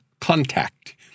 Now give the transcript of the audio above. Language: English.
Contact